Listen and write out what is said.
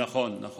נכון, נכון.